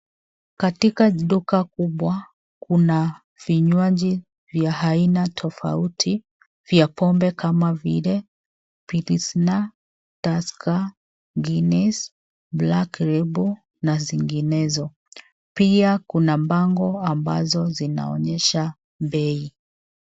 Katika duka kubwa, kuna vinywaji vya aina tofauti vya pombe kama vile pilsner, tusker, guinness, black label na zinginezo. Pia kuna bango ambazo zinaonyesha bei.